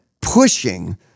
pushing